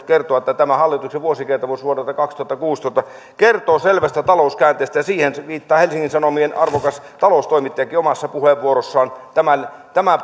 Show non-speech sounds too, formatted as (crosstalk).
kertoa että tämä hallituksen vuosikertomus vuodelta kaksituhattakuusitoista kertoo selvästä talouskäänteestä ja siihen viittaa helsingin sanomien arvokas taloustoimittajakin omassa puheenvuorossaan tämän tämän (unintelligible)